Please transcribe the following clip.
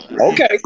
Okay